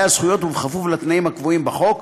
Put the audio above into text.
הזכויות וכפוף לתנאים הקבועים בחוק.